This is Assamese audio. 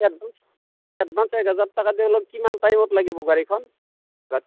এডভান্স এডভান্স এক হেজাৰ টকা অলপ কিমান টাইমত লাগিব গাড়ীখন